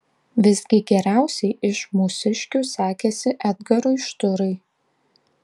visgi geriausiai iš mūsiškių sekėsi edgarui šturai